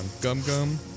Gum-Gum